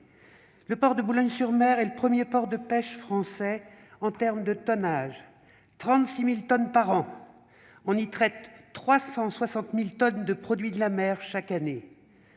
Le port de Boulogne-sur-Mer est le premier port de pêche français en termes de tonnage- 36 000 tonnes par an. On y traite 360 000 tonnes de produits de la mer chaque année.